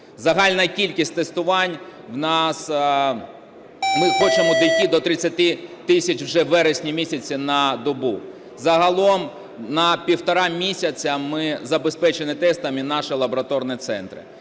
Загальна кількість тестувань у нас… Ми хочемо дійти до 30 тисяч уже в вересні місяці на добу. Загалом на півтора місяці ми забезпечені тестами, наші лабораторні центри.